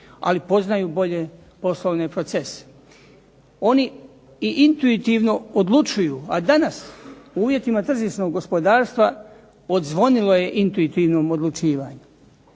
ali poznaju bolje poslovne procese. Oni i intuitivno odlučuju, a danas u uvjetima tržišnog gospodarstva odzvonilo je intuitivnom odlučivanju.